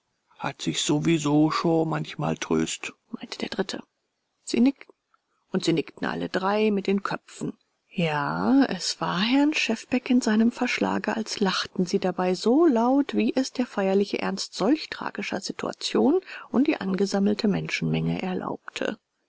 hat sich so wie so scho manchmal tröst meinte der dritte und sie nickten alle drei mit den köpfen ja es war herrn schefbeck in seinem verschlage als lachten sie dabei so laut wie es der feierliche ernst solch tragischer situation und die angesammelte menschenmenge erlaubte